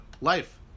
life